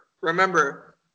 remember